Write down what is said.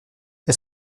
est